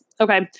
Okay